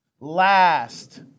Last